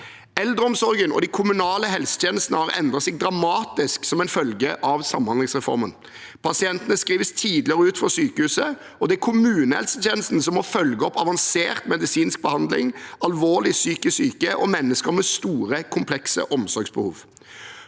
Eldreomsorgen og de kommunale helsetjenestene har endret seg dramatisk som en følge av samhandlingsreformen. Pasientene skrives tidligere ut fra sykehuset, og det er kommunehelsetjenesten som må følge opp avansert medisinsk behandling, alvorlig psykisk syke og mennesker med store, komplekse omsorgsbehov.